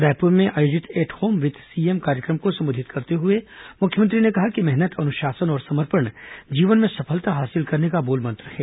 रायपुर में आयोजित at home with CM कार्यक्रम को संबोधित करते हुए मुख्यमंत्री ने कहा कि मेहनत अनुशासन और समर्पण जीवन में सफलता हासिल करने का मूलमंत्र है